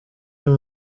uyu